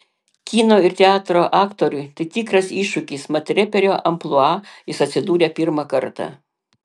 kino ir teatro aktoriui tai tikras iššūkis mat reperio amplua jis atsidūrė pirmą kartą